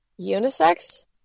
Unisex